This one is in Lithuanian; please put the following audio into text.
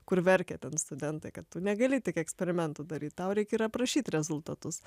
kur verkia ten studentai kad tu negali tik eksperimentų daryt tau reikia ir aprašyt rezultatus